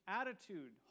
attitude